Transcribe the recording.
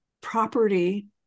property